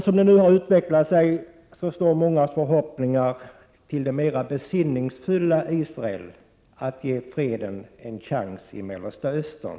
Som det nu har utvecklat sig står många förhoppningar till de mera besinningsfulla i Israel när det gäller att ge freden en chans i Mellersta Östern.